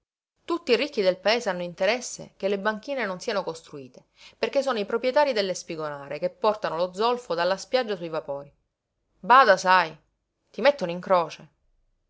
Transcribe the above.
tutti i ricchi del paese hanno interesse che le banchine non siano costruite perché sono i proprietarii delle spigonare che portano lo zolfo dalla spiaggia sui vapori bada sai ti mettono in croce